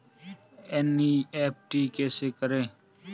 NEFT कैसे करें?